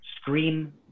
scream